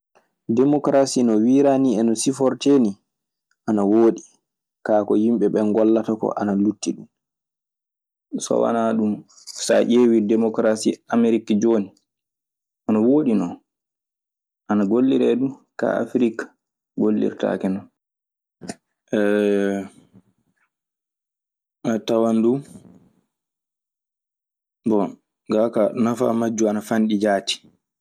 Demokarasi no wirani kaŋum no si forteni ana woɗi. Ka himɓeeɓe gollata ko ana lutiɗi. So wanaa ɗun, so a weewii demokaraasi Amrik jooni, ana wooɗi ɗon. Ana golliree duu. Kaa, Afrik, gollirtaake non. a tawan du. Bon, ga ka nafaa majjum ana famɗi jaati.